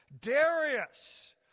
Darius